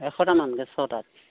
এশ টকামানকৈ ছটাত